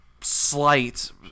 slight